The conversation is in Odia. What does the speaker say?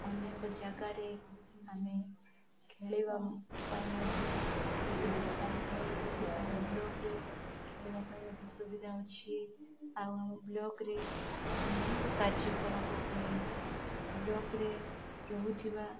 ଅନେକ ଜାଗାରେ ଆମେ ଖେଳିବା ପାଇଁ ମଧ୍ୟ ସୁବିଧା ପାଇଥାଉ ସେଥିପାଇଁ ବ୍ଲକ୍ରେ ଖେଳିବା ପାଇଁ ମଧ୍ୟ ସୁବିଧା ଅଛି ଆଉ ଆମ ବ୍ଲକ୍ରେ ଅନେକ କାର୍ଯ୍ୟକଳାପ ହୁଏ ବ୍ଲକ୍ରେ ରହୁଥିବା